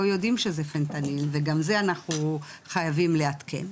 לא יודעים שזה פנטניל וגם זה אנחנו חייבים לעדכן,